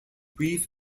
brief